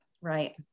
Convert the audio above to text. Right